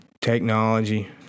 technology